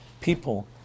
people